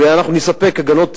ונספק הגנות,